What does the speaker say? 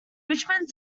richmond